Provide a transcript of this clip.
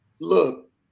Look